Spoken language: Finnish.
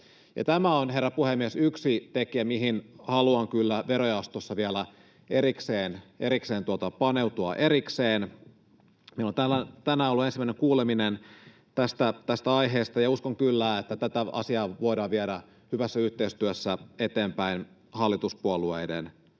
Tämä on, herra puhemies, yksi tekijä, mihin haluan kyllä verojaostossa vielä erikseen paneutua. Meillä on tänään ollut ensimmäinen kuuleminen tästä aiheesta, ja uskon kyllä, että tätä asiaa voidaan viedä eteenpäin hyvässä yhteistyössä hallituspuolueiden kanssa.